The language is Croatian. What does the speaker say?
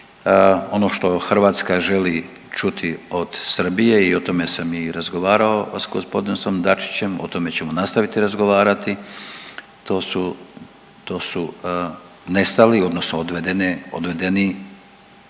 Ono što Hrvatska želi čuti od Srbije i o tome sam i razgovarao sa gospodinom Dačićem, o tome ćemo nastaviti razgovarati to su, to su nestali odnosno odvedene, odvedeni